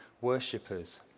worshippers